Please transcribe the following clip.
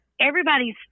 everybody's